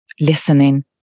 Listening